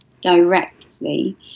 directly